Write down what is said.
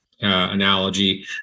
analogy